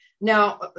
Now